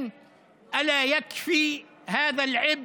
אבל לא מספיק העול